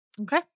Okay